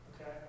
Okay